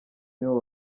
nibo